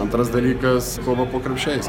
antras dalykas po krepšiais